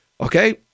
Okay